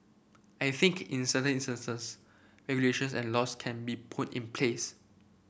I think in certain instances regulations and laws can be put in place